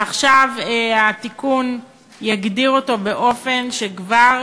ועכשיו התיקון יגדיר אותו באופן שכבר